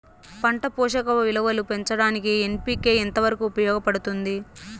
పంట పోషక విలువలు పెంచడానికి ఎన్.పి.కె ఎంత వరకు ఉపయోగపడుతుంది